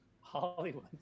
Hollywood